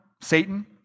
Satan